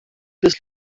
des